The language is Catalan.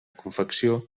confecció